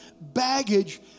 baggage